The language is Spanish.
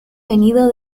venido